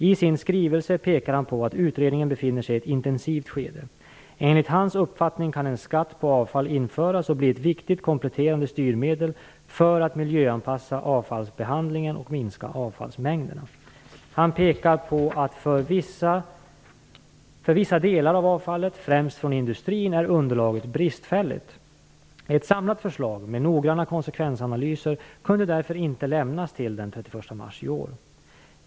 I sin skrivelse pekar han på att utredningen befinner sig i ett intensivt skede. Enligt hans uppfattning kan en skatt på avfall införas och bli ett viktigt kompletterande styrmedel för att miljöanpassa avfallsbehandlingen och minska avfallsmängderna. Han pekar på att underlaget för vissa delar av avfallet - främst från industrin - är bristfälligt. Ett samlat förslag med noggranna konsekvensanalyser kunde därför inte lämnas till den 31 mars i år.